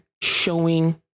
showing